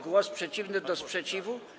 Głos przeciwny do sprzeciwu?